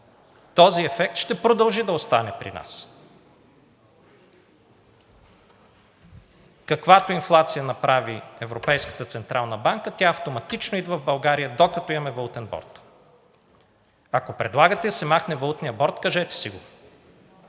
този ефект ще продължи да остава при нас. Каквато и инфлация да направи Европейската централна банка, тя автоматично идва в България, докато имаме Валутен борд. Ако предлагате да се махне Валутният борд, кажете си го.